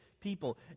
people